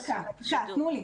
דקה, תנו לי.